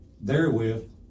therewith